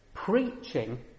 Preaching